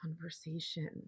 conversation